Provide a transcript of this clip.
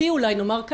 אין שום קשר.